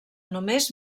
només